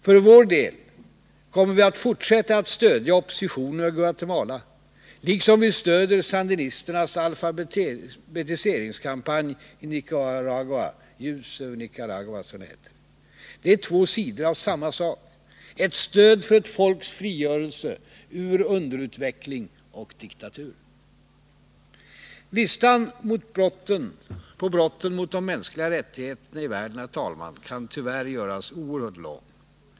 För vår del kommer vi att fortsätta att stödja oppositionen i Guatemala, liksom vi stödjer sandinisternas alfabetiseringskampanj i Nicaragua — Ljus över Nicaragua, som det heter. Det är två sidor av samma sak: Ett stöd för ett folks frigörelse ur underutveckling och diktatur. Listan på brotten mot de mänskliga rättigheterna i världen, herr talman, kan tyvärr göras oerhört lång.